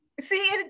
See